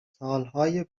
سالهای